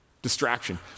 distraction